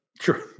Sure